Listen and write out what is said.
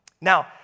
Now